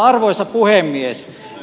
arvoisa puhemies